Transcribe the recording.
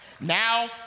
Now